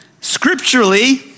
Scripturally